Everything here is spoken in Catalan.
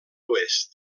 oest